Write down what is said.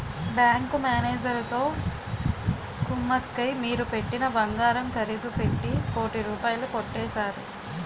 bank మేనేజరుతో కుమ్మక్కై మీరు పెట్టిన బంగారం ఖరీదు పెట్టి కోటి రూపాయలు కొట్టేశారు